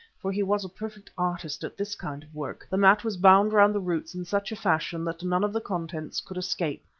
for he was a perfect artist at this kind of work, the mat was bound round the roots in such a fashion that none of the contents could escape.